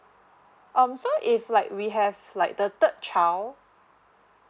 um so if like we have like the third child